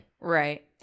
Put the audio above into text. Right